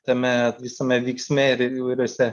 tame visame vyksme ir įvairiuose